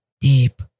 Deep